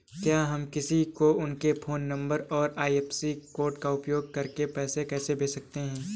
क्या हम किसी को उनके फोन नंबर और आई.एफ.एस.सी कोड का उपयोग करके पैसे कैसे भेज सकते हैं?